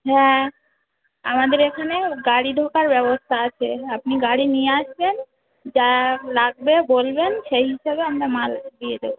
হ্যাঁ আমাদের এখানে গাড়ি ঢোকার ব্যবস্থা আছে আপনি গাড়ি নিয়ে আসবেন যা লাগবে বলবেন সেই হিসাবে আমরা মাল দিয়ে দেবো